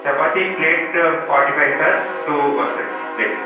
chapati plate forty five sir two వస్తాయి ప్లేట్కి